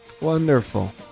Wonderful